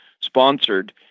sponsored